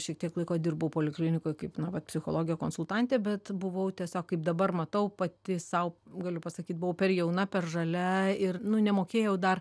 šiek tiek laiko dirbau poliklinikoj kaip na va psichologė konsultantė bet buvau tiesiog kaip dabar matau pati sau galiu pasakyt buvau per jauna per žalia ir nu nemokėjau dar